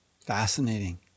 fascinating